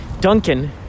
Duncan